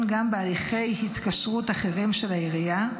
גם בהליכי התקשרות אחרים של העירייה,